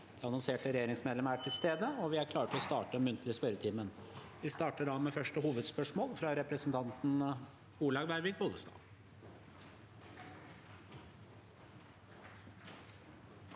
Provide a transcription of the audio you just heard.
De annonserte regjeringsmedlemmene er til stede, og vi er klare til å starte den muntlige spørretimen. Vi starter da med første hovedspørsmål, fra representanten Olaug Vervik Bollestad.